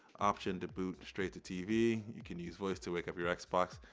option to boot straight to tv, you can use voice to wake up your xbox.